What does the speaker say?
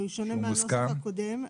והוא שונה מהנוסח הקודם.